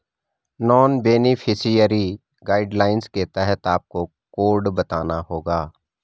non beneficiary guidelines के तहत आपको कोड बताना होगा